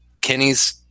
Kenny's